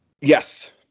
Yes